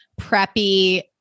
preppy